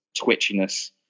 twitchiness